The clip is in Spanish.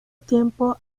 tiempo